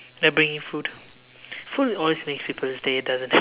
then I bring in food food always makes people's day doesn't it